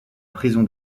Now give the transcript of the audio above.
prison